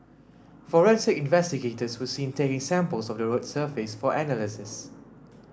forensic investigators were seen taking samples of the road surface for analysis